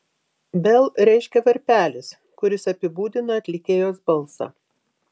bell reiškia varpelis kuris apibūdina atlikėjos balsą